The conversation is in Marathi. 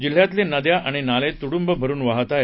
जिल्ह्यातले नद्या आणि नाले तूडुंब भरून वाहात आहेत